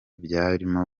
byarimo